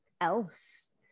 else